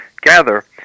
gather